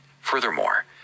Furthermore